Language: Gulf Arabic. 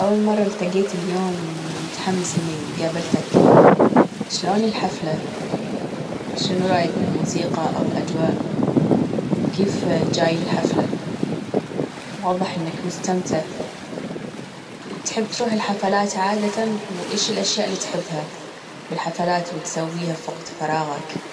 أول مرة التقيت اليوم متحمس إني قابلتك شلون الحفلة؟ يعني شنو رأيك بالموسيقى أو الأجواء؟ كيف جاي الحفلة؟ واضح إنك مستمتع تحب تروح الحفلات عادة؟ وإيش الأشياء اللي تحبها بالحفلات وتسويها في وقت فراغك؟